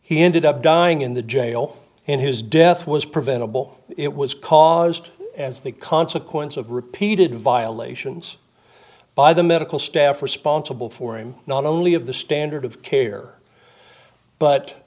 he ended up dying in the jail and his death was preventable it was caused as the consequence of repeated violations by the medical staff responsible for him not only of the standard of care but